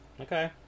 Okay